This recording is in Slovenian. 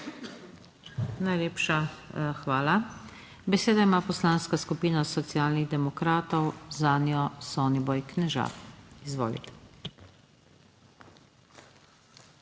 Najlepša hvala. Besedo ima Poslanska skupina Socialnih demokratov, zanjo Soniboj Knežak. Izvolite.